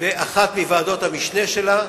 באחת מוועדות המשנה שלה,